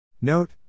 Note